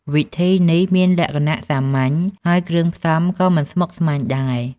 វិធីនេះមានលក្ខណៈសាមញ្ញ ហើយគ្រឿងផ្សំក៏មិនស្មុគស្មាញដែរ។